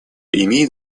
имеет